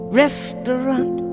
restaurant